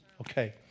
okay